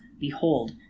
Behold